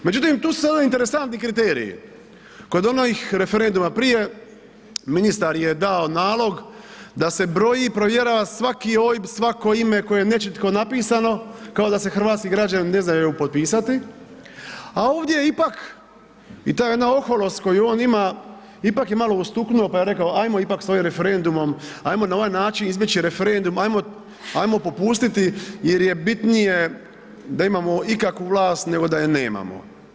Međutim, tu su sada interesantni kriteriji, kod onih referenduma prije ministar je dao nalog da se broji i provjerava svaki OIB, svako ime koje je nečitko napisano kao da se hrvatski građani ne znaju potpisati, a ovdje ipak i ta jedna oholost koju on ima, ipak je malo ustuknuo pa je rekao ajmo ipak s ovim referendumom, ajmo na ovaj način izbjeći referendum, ajmo, ajmo popustiti jer je bitnije da imamo ikakvu vlast nego da je nemamo.